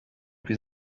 plus